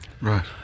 Right